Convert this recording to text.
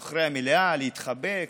ומאחורי המליאה להתחבק,